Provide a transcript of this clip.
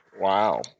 Wow